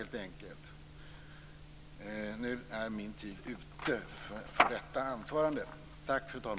Jag ser nu att min taletid är slut. Tack, fru talman!